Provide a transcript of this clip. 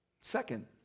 Second